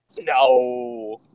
No